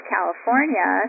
California